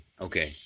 Okay